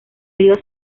río